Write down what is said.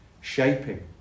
shaping